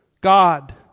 God